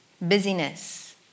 busyness